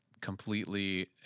completely